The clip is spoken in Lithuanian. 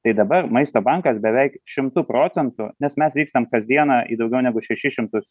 tai dabar maisto bankas beveik šimtu procentų nes mes vykstam kasdieną į daugiau negu šešis šimtus